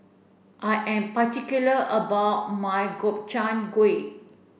I am particular about my Gobchang Gui